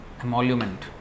emolument